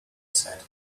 said